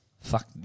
Fuck